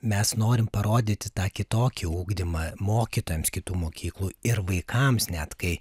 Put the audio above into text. mes norim parodyti tą kitokį ugdymą mokytojams kitų mokyklų ir vaikams net kai